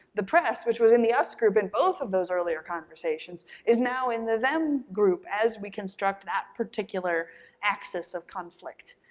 the press which was in the us group in both of those earlier conversations is now in the them group as we construct that particular axis of conflict.